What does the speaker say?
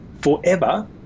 forever